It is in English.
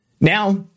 Now